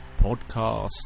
podcast